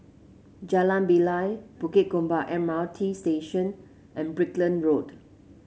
Jalan Bilal Bukit Gombak M R T Station and Brickland Road